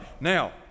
Now